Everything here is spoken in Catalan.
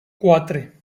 quatre